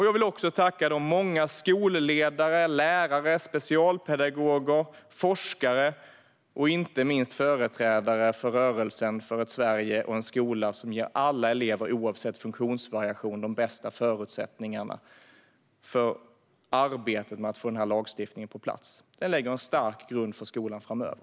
Jag vill också tacka de många skolledare, lärare, specialpedagoger, forskare och inte minst företrädare för rörelsen för ett Sverige och en skola som ger alla elever oavsett funktionsvariation de bästa förutsättningarna som varit involverade i arbetet med att få den här lagstiftningen på plats. Den lägger en stark grund för skolan framöver.